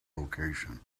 location